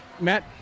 Matt